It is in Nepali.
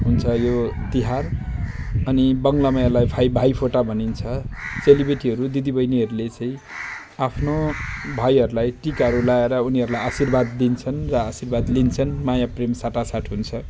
हुन्छ यो तिहार अनि बङ्गलामा यसलाई फा भाइफुटा भनिन्छ चेली बेटीहरू दिदी बहिनीहरूले चाहिँ आफ्नो भाइहरूलाई टिकाहरू लगाएर उनीहरूलाई आशीर्वाद दिन्छन् वा लिन्छन् माया प्रेम साटा साट हुन्छ